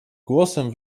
głosem